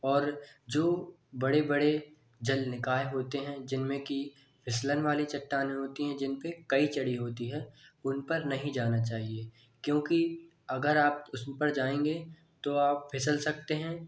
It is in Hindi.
और जो बड़े बड़े जल निकाय होते हैं जिनमें की फिसलन वाली चट्टानें होती है जिन पे कई चढ़ी होती है उन पर नहीं जाना चाहिये क्योंकि अगर आप उस पर जाएंगे तो आप फिसल सकते हैं